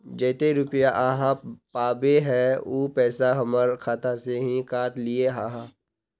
जयते रुपया आहाँ पाबे है उ पैसा हमर खाता से हि काट लिये आहाँ?